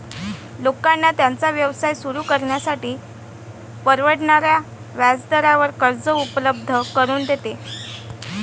लोकांना त्यांचा व्यवसाय सुरू करण्यासाठी परवडणाऱ्या व्याजदरावर कर्ज उपलब्ध करून देते